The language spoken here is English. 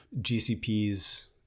GCP's